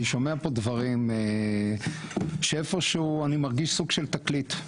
אני שומע פה דברים שאיפה שהוא אני מרגיש סוג של תקליט,